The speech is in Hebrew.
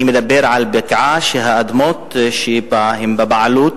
אני מדבר על בקעה שהאדמות שבה הן בבעלות